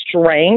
strength